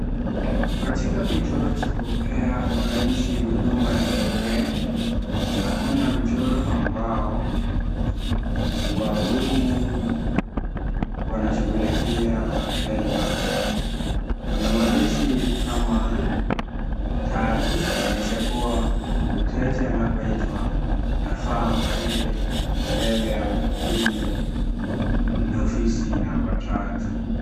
Katika kituo cha kupea wananchi huduma ya kipekee tunaona mchoro ambao wahudumu wanashughulikia wateja, kuna maandishi kama tatu kuonyesha kuwa mteja anapoitwa anafaa aende mbele ya mhudumu ofisi namba tatu.